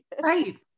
right